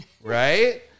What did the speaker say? right